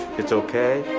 it's okay,